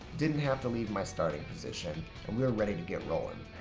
didn't have to leave my starting position. and we're ready to get rolling.